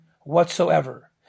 whatsoever